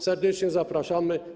Serdecznie zapraszamy.